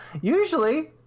Usually